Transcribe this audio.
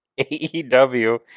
aew